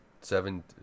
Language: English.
seven